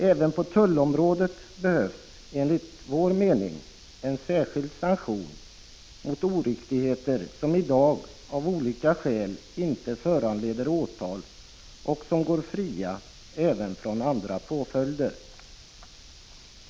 Även på tullområdet behövs, enligt vår mening, en särskild sanktion mot oriktigheter som i dag av olika skäl inte föranleder åtal eller andra påföljder.